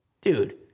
dude